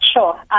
Sure